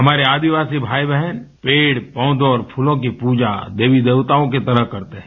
हमारे आदिवासी भाई बहन पेड़ पौघों और फूलों की पूजा देवी देवताओं की तरह करते हैं